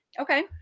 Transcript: Okay